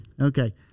Okay